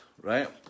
right